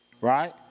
Right